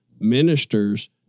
ministers